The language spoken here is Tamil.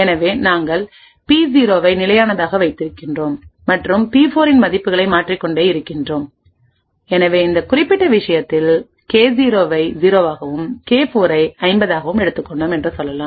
எனவே நாங்கள் பி0 ஐ நிலையானதாக வைத்திருக்கிறோம் மற்றும் பி4 இன் மதிப்புகளை மாற்றிக் கொண்டே இருக்கிறோம் எனவே இந்த குறிப்பிட்ட விஷயத்தில் கே0 ஐ 0 ஆகவும் கே4 ஐ 50 ஆகவும் எடுத்துக் கொண்டோம் என்று சொல்லலாம்